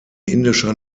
indischer